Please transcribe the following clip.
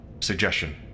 Suggestion